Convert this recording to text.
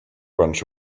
bunch